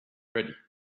ready